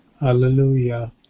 Hallelujah